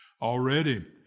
Already